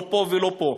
לא פה ולא פה,